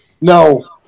No